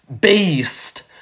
beast